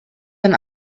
denn